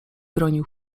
bronił